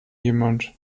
jemand